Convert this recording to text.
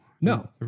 No